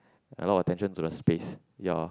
and a lot of attention to the space ya